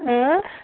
اۭں